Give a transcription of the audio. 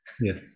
Yes